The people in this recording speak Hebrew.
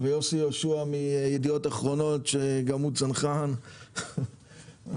יוסי יהושע מידיעות אחרונות שגם הוא צנחן והרבה